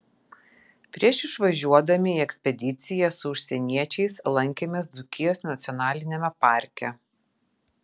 prieš išvažiuodami į ekspediciją su užsieniečiais lankėmės dzūkijos nacionaliniame parke